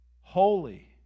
holy